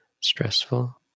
stressful